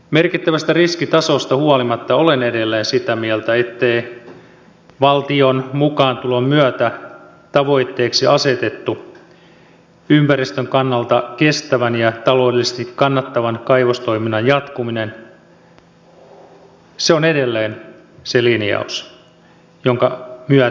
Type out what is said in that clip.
merkittävästä riskitasosta huolimatta olen edelleen sitä mieltä että valtion mukaantulon myötä tavoitteeksi asetettu ympäristön kannalta kestävän ja taloudellisesti kannattavan kaivostoiminnan jatkuminen on edelleen se linjaus jonka myötä on edettävä